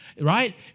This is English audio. right